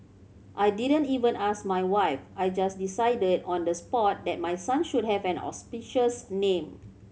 I didn't even ask my wife I just decided on the spot that my son should have an auspicious name